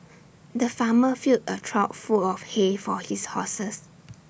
the farmer filled A trough full of hay for his horses